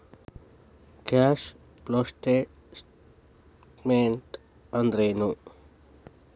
Cash flow statement ಅಂದ್ರೇನು?